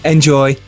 Enjoy